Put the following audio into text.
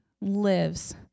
lives